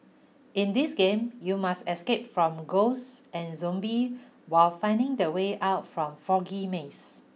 in this game you must escape from ghosts and zombie while finding the way out from foggy maze